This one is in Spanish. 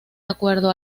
acuerdo